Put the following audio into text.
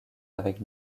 avec